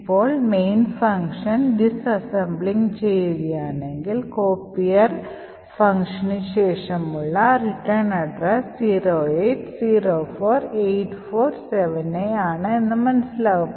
ഇപ്പോൾ main function disassembling ചെയ്യുകയാണെങ്കിൽ copier ശേഷമുള്ള റിട്ടേൺ അഡ്രസ് 0804847A ആണ് എന്ന് മനസ്സിലാകും